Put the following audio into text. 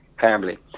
family